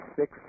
six